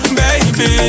baby